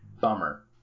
Bummer